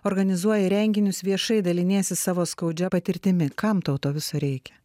organizuoji renginius viešai daliniesi savo skaudžia patirtimi kam tau to viso reikia